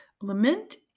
Lament